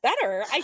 better